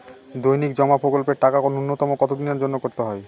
দৈনিক জমা প্রকল্পের টাকা নূন্যতম কত দিনের জন্য করতে হয়?